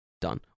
Done